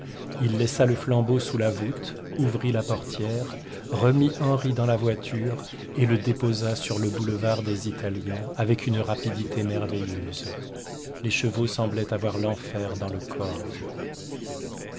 il laissa le flambeau sous la voûte ouvrit la portière remit henri dans la voiture et le déposa sur le boulevard des italiens avec une rapidité merveilleuse les chevaux semblaient avoir l'enfer dans le corps